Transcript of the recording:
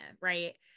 Right